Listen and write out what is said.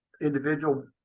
individual